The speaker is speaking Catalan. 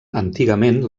antigament